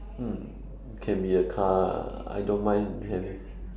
mm can be a car I don't mind having